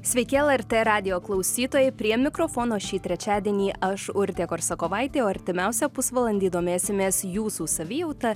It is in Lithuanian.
sveiki lrt radijo klausytojai prie mikrofono šį trečiadienį aš urtė korsakovaitė o artimiausią pusvalandį domėsimės jūsų savijauta